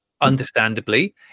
understandably